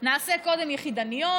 נעשה קודם יחידניות,